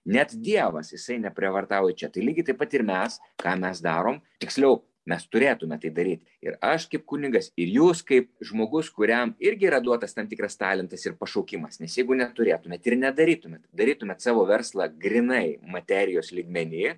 net dievas jisai neprievartauja čia tai lygiai taip pat ir mes ką mes darom tiksliau mes turėtume tai daryt ir aš kaip kunigas ir jūs kaip žmogus kuriam irgi yra duotas tam tikras talentas ir pašaukimas nes jeigu neturėtumėt ir nedarytumėt darytumėt savo verslą grynai materijos lygmeny